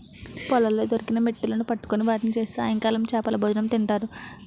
పొలాల్లో దొరికిన మిట్టలును పట్టుకొని వాటిని చేసి సాయంకాలం చేపలభోజనం తింటారు